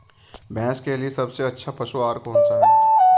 भैंस के लिए सबसे अच्छा पशु आहार कौनसा है?